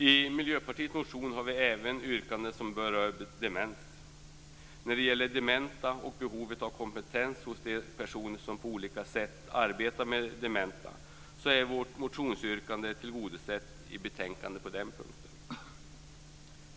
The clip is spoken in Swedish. I Miljöpartiets motion har vi även yrkanden som berör demens. När det gäller dementa och behovet av kompetens hos de personer som på olika sätt arbetar med dementa är vårt motionsyrkande tillgodosett i betänkandet på den punkten.